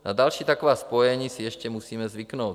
Na další taková spojení si ještě musíme zvyknout.